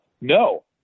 No